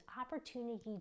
opportunity